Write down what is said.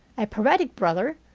a paretic brother,